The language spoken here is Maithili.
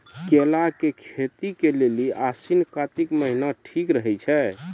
केला के खेती के लेली आसिन कातिक महीना ठीक रहै छै